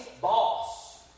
boss